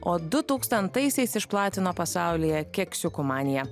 o dutūkstantaisiais išplatino pasaulyje keksiukų maniją